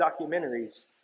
documentaries